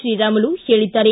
ಶ್ರೀರಾಮುಲು ಹೇಳಿದ್ದಾರೆ